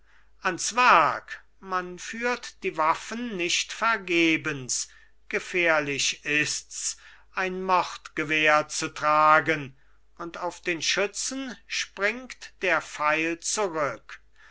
ans werk man führt die waffen nicht vergebens gefährlich ist's ein mordgewehr zu tragen und auf den schützen springt der pfeil zurück